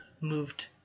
moved